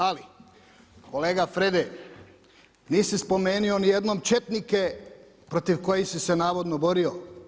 Ali, kolega Frede, nisi spomenuo nijednom četnike protiv kojih si se navodno borio.